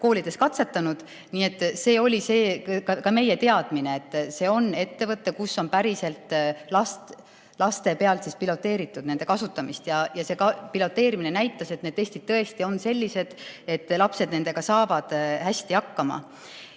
koolides katsetanud. Nii et see oli ka meie teadmine, et see on ettevõte, kus on päriselt laste peal piloteeritud testide kasutamist, ja see piloteerimine näitas, et need testid tõesti on sellised, et lapsed saavad nendega hästi hakkama.